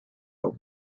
hau